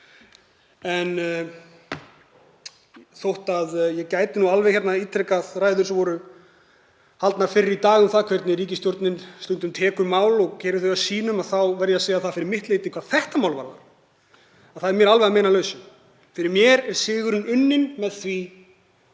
Þó að ég gæti alveg ítrekað ræður sem voru haldnar fyrr í dag um það hvernig ríkisstjórnin tekur stundum mál og gerir þau að sínum þá verð ég að segja það fyrir mitt leyti, hvað þetta mál varðar, að það er mér alveg að meinalausu. Fyrir mér er sigurinn unninn með því